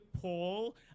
Paul